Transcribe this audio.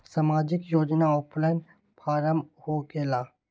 समाजिक योजना offline form होकेला?